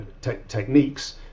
techniques